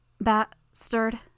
Bat-stirred